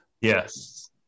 Yes